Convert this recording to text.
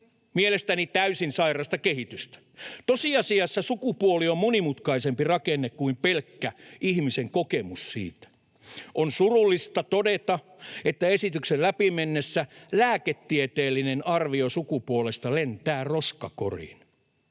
Mielestäni täysin sairasta kehitystä. Tosiasiassa sukupuoli on monimutkaisempi rakenne kuin pelkkä ihmisen kokemus siitä. On surullista todeta, että esityksen mennessä läpi lääketieteellinen arvio sukupuolesta lentää roskakoriin.